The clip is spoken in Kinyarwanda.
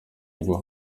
ubwo